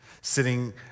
sitting